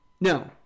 No